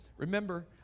remember